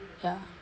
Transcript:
ya